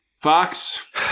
Fox